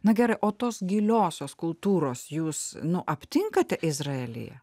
na gerai o tos giliosios kultūros jūs nu aptinkate izraelyje